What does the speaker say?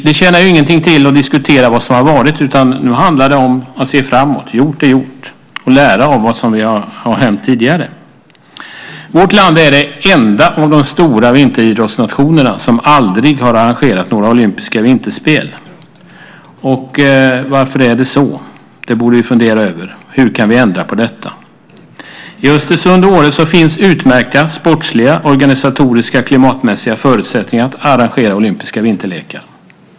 Det tjänar ju ingenting till att diskutera vad som har varit, utan nu handlar det om att se framåt - gjort är gjort - och lära av vad som har hänt tidigare. Vårt land är det enda av de stora vinteridrottsnationerna som aldrig har arrangerat något olympiskt vinterspel. Varför är det så? Det borde vi fundera över. Hur kan vi ändra på detta? I Östersund och Åre finns utmärkta sportsliga, organisatoriska, klimatmässiga förutsättningar att arrangera olympiska vinterlekar.